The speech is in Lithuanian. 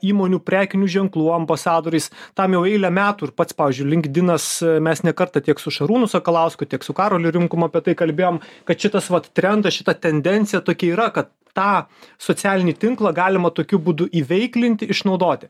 įmonių prekinių ženklų ambasadoriais tam jau eilę metų ir pats pavyzdžiui linkdinas mes ne kartą tiek su šarūnu sakalausku tiek su karoliu rimkum apie tai kalbėjom kad šitas vat trendas šita tendencija tokia yra kad tą socialinį tinklą galima tokiu būdu įveiklinti išnaudoti